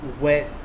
wet